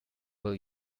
will